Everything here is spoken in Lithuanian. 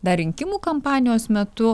dar rinkimų kampanijos metu